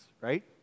right